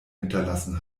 hinterlassen